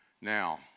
Now